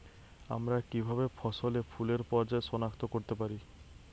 আমরা কিভাবে ফসলে ফুলের পর্যায় সনাক্ত করতে পারি?